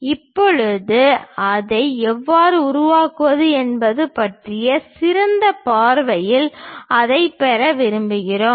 இப்போது அதை எவ்வாறு உருவாக்குவது என்பது பற்றிய சிறந்த பார்வையில் அதைப் பெற விரும்புகிறோம்